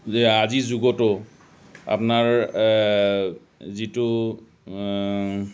যে আজিৰ যুগতো আপোনাৰ যিটো